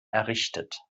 errichtet